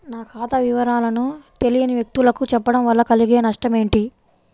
నా ఖాతా వివరాలను తెలియని వ్యక్తులకు చెప్పడం వల్ల కలిగే నష్టమేంటి?